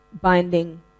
binding